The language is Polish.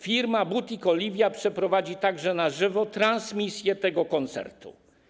Firma butik Oliwia przeprowadzi także na żywo transmisję tego koncertu.